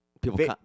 People